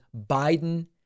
Biden